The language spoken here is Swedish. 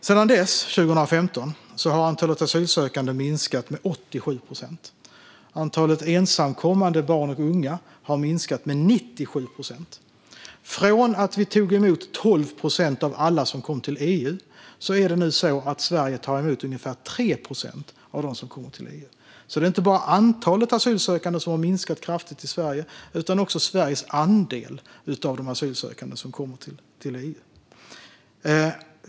Sedan 2015 har antalet asylsökande minskat med 87 procent. Antalet ensamkommande barn och unga har minskat med 97 procent. Från att vi tog emot 12 procent av alla som kom till EU tar Sverige nu emot ca 3 procent. Det är alltså inte bara antalet asylsökande som har minskat kraftigt i Sverige utan också Sveriges andel av de asylsökande som kommer till EU.